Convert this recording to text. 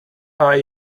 are